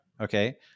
Okay